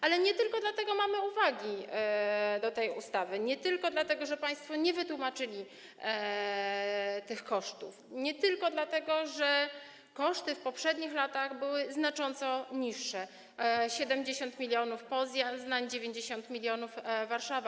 Ale nie tylko dlatego mamy uwagi do tej ustawy, nie tylko dlatego, że państwo nie wytłumaczyli tych kosztów, nie tylko dlatego, że koszty w poprzednich latach były znacząco niższe: 70 mln - Poznań, 90 mln - Warszawa.